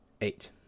Eight